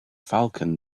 falcon